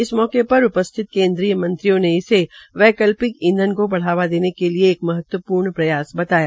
इस मौके पर उपस्थित केन्द्रीय मंत्रियों ने इसे वैकल्पिक ईंधन को बढ़ावा देने के लिए एक महत्वपूर्ण प्रयास बताया